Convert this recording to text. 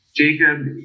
Jacob